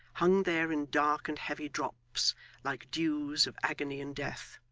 hung there in dark and heavy drops like dews of agony and death.